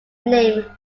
name